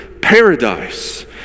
paradise